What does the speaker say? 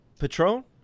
Patron